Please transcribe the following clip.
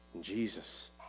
Jesus